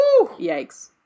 Yikes